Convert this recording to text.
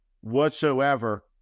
whatsoever